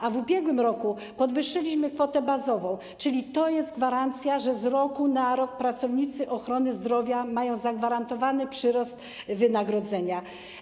A w ubiegłym roku podwyższyliśmy kwotę bazową, czyli to jest gwarancja, że z roku na rok pracownicy ochrony zdrowia mają zagwarantowany przyrost wynagrodzenia.